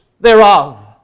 thereof